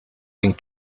going